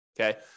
Okay